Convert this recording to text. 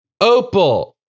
opal